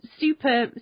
super